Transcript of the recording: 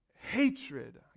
hatred